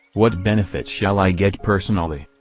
what benefit shall i get personally?